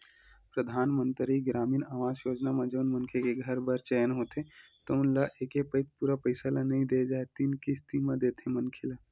परधानमंतरी गरामीन आवास योजना म जउन मनखे के घर बर चयन होथे तउन ल एके पइत पूरा पइसा ल नइ दे जाए तीन किस्ती म देथे मनखे ल